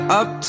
up